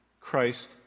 Christ